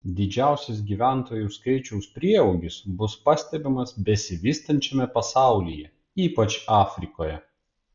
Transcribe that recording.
didžiausias gyventojų skaičiaus prieaugis bus pastebimas besivystančiame pasaulyje ypač afrikoje